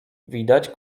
widać